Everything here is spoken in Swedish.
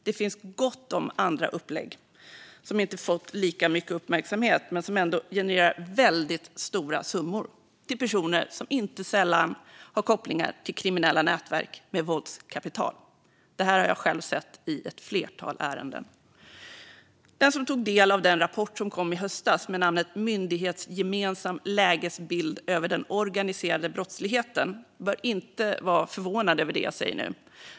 Det finns gott om andra upplägg som inte fått lika mycket uppmärksamhet men som ändå genererar väldigt stora summor till personer som inte sällan har kopplingar till kriminella nätverk med våldskapital. Det har jag själv sett i ett flertal ärenden. Den som tog del av den rapport som kom i höstas med namnet Myndighetsgemensam lägesbild - organiserad brottslighet 2021 bör inte vara förvånad över det jag säger nu.